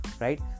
right